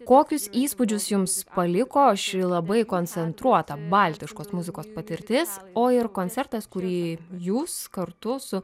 kokius įspūdžius jums paliko ši labai koncentruota baltiškos muzikos patirtis o ir koncertas kurį jūs kartu su